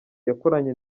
yakoranye